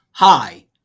Hi